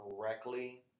correctly